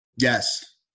yes